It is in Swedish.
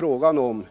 Vi har inom